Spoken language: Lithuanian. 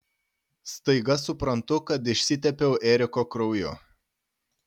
staiga suprantu kad išsitepiau eriko krauju